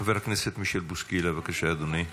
חבר הכנסת מישל בוסקילה, בבקשה, אדוני.